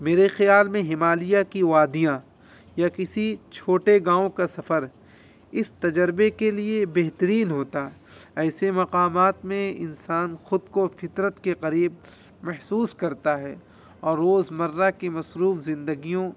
میرے خیال میں ہمالیہ کی وادیاں یا کسی چھوٹے گاؤں کا سفر اس تجربے کے لیے بہترین ہوتا ایسے مقامات میں انسان خود کو فطرت کے قریب محسوس کرتا ہے اور روزمرہ کی مصروف زندگیوں